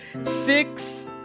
six